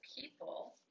people